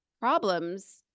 problems